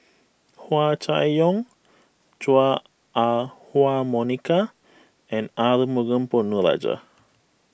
Hua Chai Yong Chua Ah Huwa Monica and Arumugam Ponnu Rajah